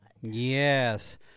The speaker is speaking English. Yes